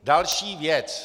Další věc.